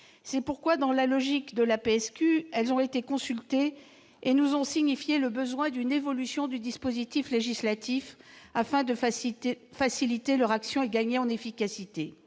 de sécurité du quotidien, elles ont été consultées et nous ont signifié le besoin d'une évolution du dispositif législatif, afin de faciliter leur action et de gagner en efficacité.